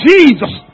Jesus